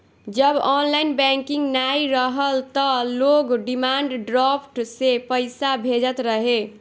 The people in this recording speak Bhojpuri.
जब ऑनलाइन बैंकिंग नाइ रहल तअ लोग डिमांड ड्राफ्ट से पईसा भेजत रहे